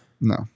No